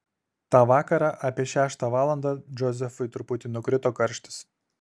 tą vakarą apie šeštą valandą džozefui truputį nukrito karštis